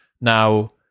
Now